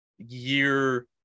year